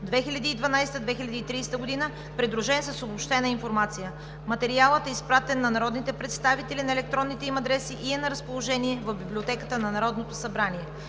2012 – 2030 г., придружен с обобщена информация. Материалът е изпратен на народните представители на електронните им адреси и е на разположение в Библиотеката на Народното събрание.